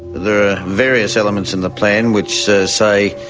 there are various elements in the plan which so say,